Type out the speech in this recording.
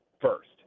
first